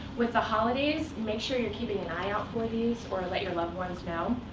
with the holidays, make sure you're keeping an eye out for these, or let your loved ones know.